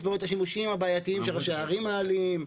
בה את השימושים הבעייתיים שראשי הערים מעלים,